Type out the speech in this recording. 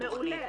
מעולה.